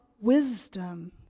wisdom